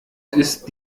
ist